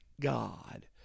God